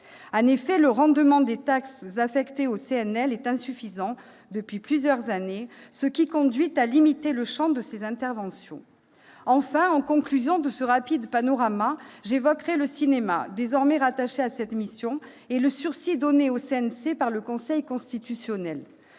En effet, le rendement des taxes affectées au CNL est insuffisant depuis plusieurs années, ce qui conduit à limiter le champ de ses interventions. Enfin, en conclusion de ce rapide panorama, j'évoquerai le cinéma, désormais rattaché à cette mission, et le sursis donné au CNC par le Conseil constitutionnel.